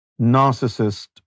narcissist